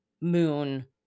moon